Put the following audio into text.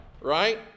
Right